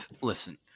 listen